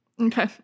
Okay